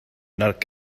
nag